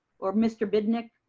or mr. bidnick?